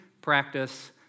practice